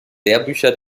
lehrbücher